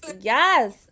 yes